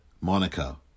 Monaco